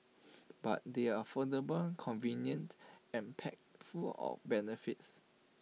but they are affordable convenient and packed full of benefits